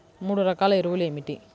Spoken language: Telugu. మూడు రకాల ఎరువులు ఏమిటి?